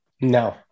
No